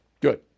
Good